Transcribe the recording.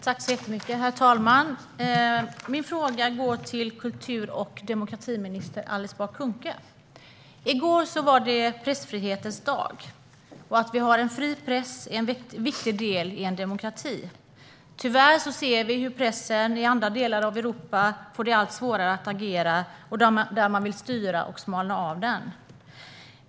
Herr talman! Min fråga går till kultur och demokratiminister Alice Bah Kuhnke. I går var det Pressfrihetens dag. Att vi har en fri press är en viktig del i en demokrati. Tyvärr ser vi att pressen i andra delar av Europa får det allt svårare att agera därför att man vill styra och smalna av den.